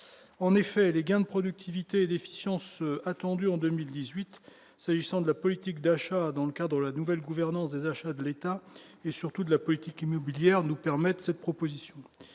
en effet, les gains de productivité déficience attendu en 2018 ça je sens de la politique d'achat, dans le cadre de la nouvelle gouvernance des achats de l'État et surtout de la politique immobilière nous permettent cette proposition